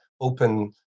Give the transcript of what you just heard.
open